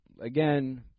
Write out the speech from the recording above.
again